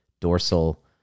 dorsal